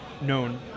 known